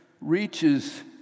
reaches